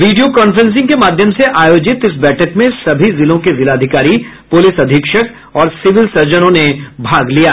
video conferencing के माध्यम से आयोजित इस बैठक में सभी जिलों के जिलाधिकारी पुलिस अधीक्षक और सिविल सर्जनों ने भाग लिया